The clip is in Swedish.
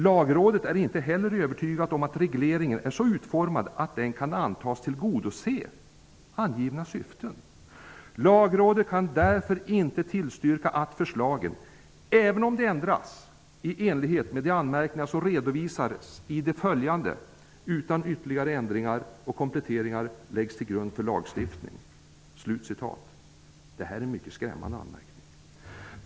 Lagrådet är inte heller övertygat om att regleringen är så utformad att den kan antas tillgodose angivna syften. Lagrådet kan därför inte tillstyrka att förslagen -- även om de ändras i enlighet med de anmärkningar som redovisas i det följande -- utan ytterligare ändringar och kompletteringar läggs till grund för lagstiftning.'' Det här är en mycket skrämmande anmärkning.